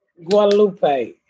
Guadalupe